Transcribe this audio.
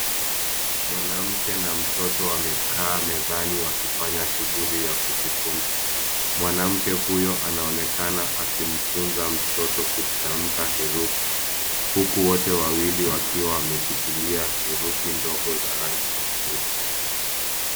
Mwanamke na mtoto wamekaa mezani wakifanya shughuli ya kujifunza. Mwanamke huyo anaonekana akimfunza mtoto kutamka herufi huku wote wawili wakiwa wameshikilia herufi ndogo za rangi tofauti.